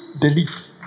delete